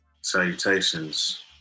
Salutations